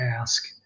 ask